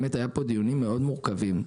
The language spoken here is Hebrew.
היו פה דיונים מאוד מורכבים.